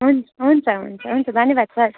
हुन्छ हुन्छ हुन्छ हुन्छ धन्यवाद सर